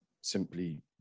simply